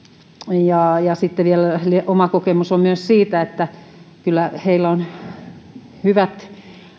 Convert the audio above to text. ja ja sitten vielä oma kokemukseni on myös se että kyllä heillä on hyvät